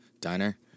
Diner